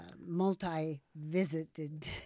multi-visited